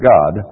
God